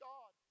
God